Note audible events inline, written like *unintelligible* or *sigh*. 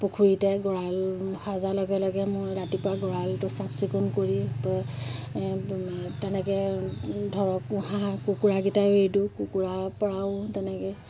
পুখুৰীতে গঁৰাল সজাৰ লগে লগে মই ৰাতিপুৱা গঁৰালটো চাফ চিকুণ কৰি *unintelligible* তেনেকৈ ধৰক হাঁহ কুকুৰাকেইটাইও এইটো কুকুৰাৰ পৰাও তেনেকৈ